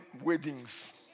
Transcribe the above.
weddings